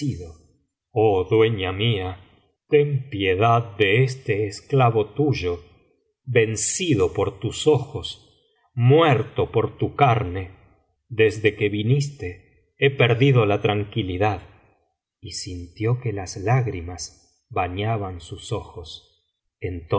oh dueña mía ten piedad de este esclavo tuyo vencido por tus ojos muerto por tu carne desde que viniste he perdido la tranquilidad y sintió que las lágrimas bañaban sus ojos